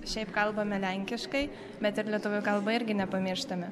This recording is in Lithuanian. šiaip kalbame lenkiškai bet ir lietuvių kalbą irgi nepamirštame